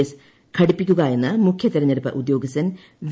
S ഘടിപ്പിക്കുകയെന്ന് മുഖ്യ തിരഞ്ഞെടുപ്പ് ഉദ്യോഗസ്ഥൻ വി